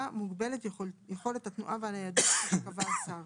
מוגבלת יכולת התנועה והניידות כפי שקבע השר,